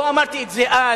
לא אמרתי את זה אז,